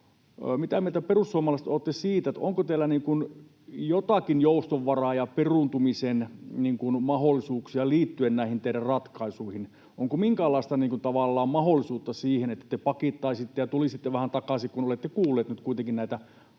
Mitä mieltä te perussuomalaiset olette siitä, onko teillä jotakin jouston varaa ja peruuntumisen mahdollisuuksia liittyen näihin teidän ratkaisuihinne? Onko minkäänlaista tavallaan mahdollisuutta siihen, että te pakittaisitte ja tulisitte vähän takaisin, kun olette kuulleet nyt